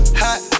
hot